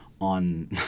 on